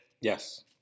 Yes